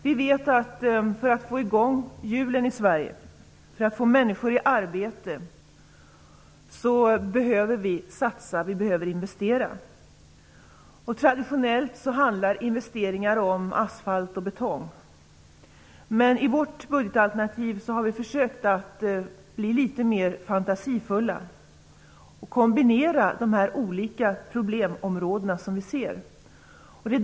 Vi vet att man, för att få i gång hjulen i Sverige och för att få människor i arbete, behöver satsa och investera. Traditionellt handlar investeringar om asfalt och betong. I vårt budgetalternativ har vi försökt vara litet mer fantasifulla. Vi kombinerar de olika poblemområden som vi ser.